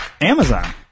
Amazon